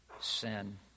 sin